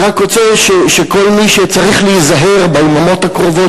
אני רק רוצה שכל מי שצריך להיזהר ביממות הקרובות,